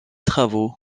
travaux